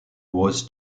was